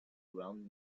ground